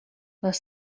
les